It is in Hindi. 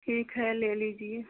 ठीक है ले लीजिए